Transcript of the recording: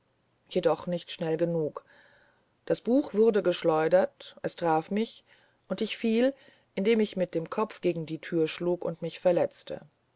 jedoch nicht schnell genug das buch wurde geschleudert es traf mich und ich fiel indem ich mit dem kopf gegen die thür schlug und mich verletzte